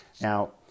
Now